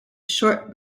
short